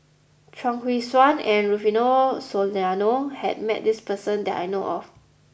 Chuang Hui Tsuan and Rufino Soliano has met this person that I know of